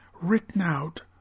written-out